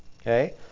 Okay